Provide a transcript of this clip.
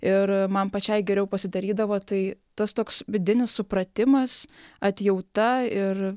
ir man pačiai geriau pasidarydavo tai tas toks vidinis supratimas atjauta ir